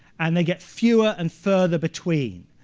and they get fewer and further between.